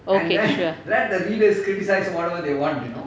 okay sure